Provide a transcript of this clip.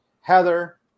Heather